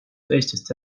teistest